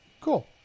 Cool